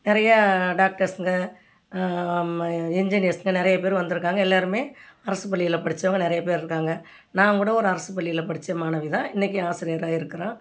நிறையா டாக்டர்ஸுங்க இன்ஜினியர்ஸுங்க நிறையப் பேர் வந்திருக்காங்க எல்லோருமே அரசுப் பள்ளியில் படித்தவங்க நிறையப் பேர் இருக்காங்க நான் கூட ஒரு அரசுப் பள்ளியில் படித்த மாணவிதான் இன்றைக்கு ஆசிரியராக இருக்கிறேன்